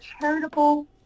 charitable